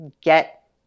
get